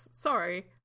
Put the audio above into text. sorry